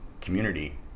community